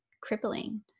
crippling